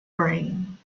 brain